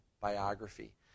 biography